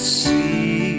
see